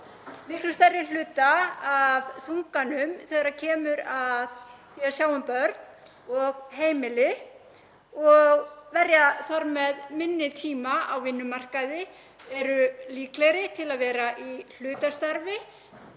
miklu þyngri hluta af byrðinni þegar kemur að því að sjá um börn og heimili og verja þar með minni tíma á vinnumarkaði, eru líklegri til að vera í hlutastarfi,